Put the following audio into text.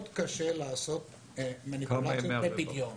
מאוד קשה לעשות מניפולציות ופדיון.